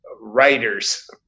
writers